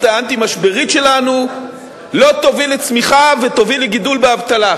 האנטי-משברית שלנו לא תוביל לצמיחה ותוביל לגידול באבטלה.